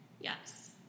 yes